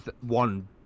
one